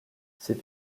ces